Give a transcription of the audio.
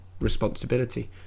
responsibility